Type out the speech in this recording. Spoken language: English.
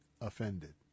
offended